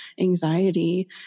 anxiety